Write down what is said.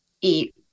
eat